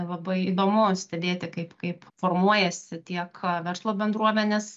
labai įdomu stebėti kaip kaip formuojasi tiek verslo bendruomenės